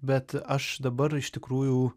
bet aš dabar iš tikrųjų